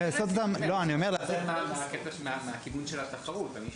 לכן הכסף מהכיוון של התחרות.